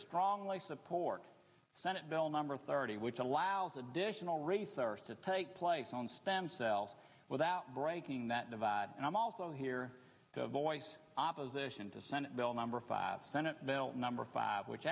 strongly support the senate bill number thirty which allows additional resource to take place on stem cell without breaking that divide and i'm also hear the voice opposition to senate bill number five number five which